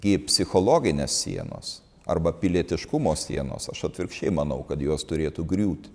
gi psichologinės sienos arba pilietiškumo sienos aš atvirkščiai manau kad jos turėtų griūti